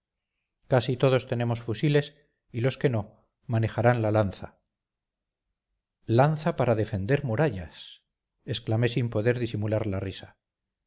casi todos tenemos fusiles y los que no manejarán la lanza lanza para defender murallas exclamé sin poder disimular la risa